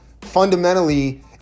fundamentally